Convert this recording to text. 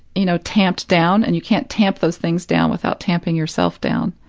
you know, tamped down and you can't tamp those things down without tamping yourself down.